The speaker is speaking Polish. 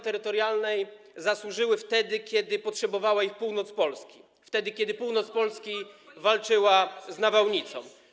Terytorialnej zasłużyły się wtedy, kiedy potrzebowała ich północ Polski, wtedy, kiedy północ Polski walczyła z nawałnicą?